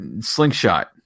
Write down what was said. slingshot